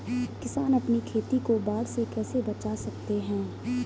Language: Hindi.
किसान अपनी खेती को बाढ़ से कैसे बचा सकते हैं?